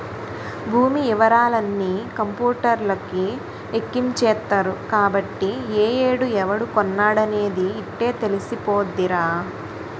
భూమి యివరాలన్నీ కంపూటర్లకి ఎక్కించేత్తరు కాబట్టి ఏ ఏడు ఎవడు కొన్నాడనేది యిట్టే తెలిసిపోద్దిరా